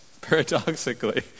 paradoxically